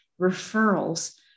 referrals